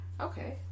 okay